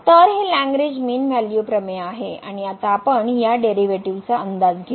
तर हे Lagrange mean value प्रमेय आहे आणि आता आपण या डेरीवेटिवचा अंदाज घेऊ